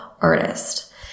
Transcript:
artist